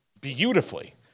beautifully